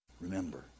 remember